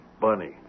bunny